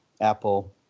Apple